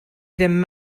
ddim